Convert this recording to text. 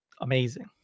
amazing